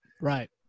right